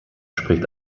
spricht